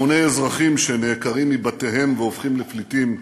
המוני אזרחים שנעקרים מבתיהם והופכים לפליטים,